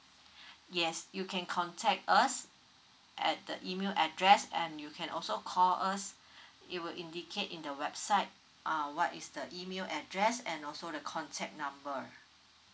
yes you can contact us at the email address and you can also call us it will indicate in the website uh what is the email address and also the contact number